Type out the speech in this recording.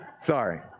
Sorry